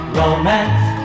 romance